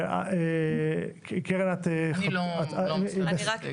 קרן --- אני לא מצטרפת.